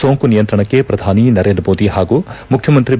ಸೋಂಕು ನಿಯಂತ್ರಣಕ್ಕೆ ಪ್ರಧಾನಿ ನರೇಂದ್ರ ಮೋದಿ ಹಾಗೂ ಮುಖ್ಯಮಂತ್ರಿ ಬಿ